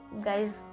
Guys